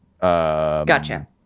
Gotcha